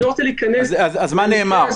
אז מה נאמר?